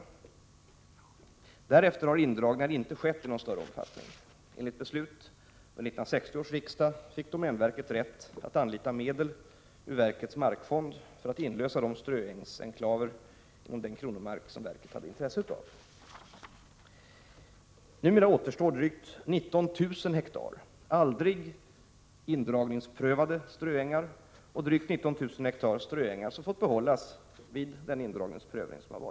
Därefter har indragningar inte skett i någon större omfattning. Enligt beslut av 1960 års riksdag fick domänverket rätt att anlita medel ur verkets markfond för att inlösa de ströängsenklaver inom den kronomark som verket hade intresse av. Numera återstår drygt 19 000 ha aldrig indragningsprövade ströängar och drygt 19 000 ha ströängar som fått behållas vid indragningsprövningen.